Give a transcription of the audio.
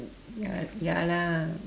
ya ya lah